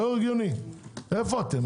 איפה אתם?